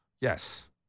Yes